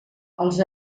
els